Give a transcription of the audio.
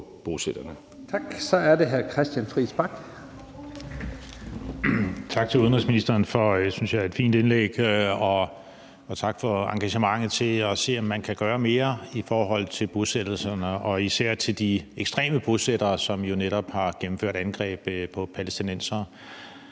Friis Bach. Kl. 18:00 Christian Friis Bach (RV): Tak til udenrigsministeren for, synes jeg, et fint indlæg, og tak for engagementet i at se, om man kan gøre mere i forhold til bosættelserne og især i forhold til de ekstreme bosættere, som jo netop har gennemført angreb på palæstinensere.